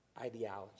ideology